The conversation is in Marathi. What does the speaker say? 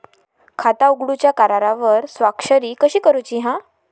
खाता उघडूच्या करारावर स्वाक्षरी कशी करूची हा?